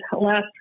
last